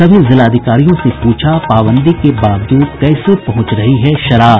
सभी जिलाधिकारियों से पूछा पाबंदी के बावजूद कैसे पहुंच रही है शराब